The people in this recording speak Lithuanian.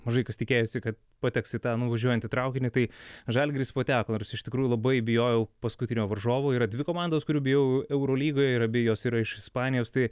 mažai kas tikėjosi kad pateks į tą nuvažiuojantį traukinį tai žalgiris pateko nors iš tikrųjų labai bijojau paskutinio varžovo yra dvi komandos kurių bijau eurolygoje ir abi jos yra iš ispanijos tai